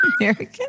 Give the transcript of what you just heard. American